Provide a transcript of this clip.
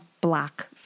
black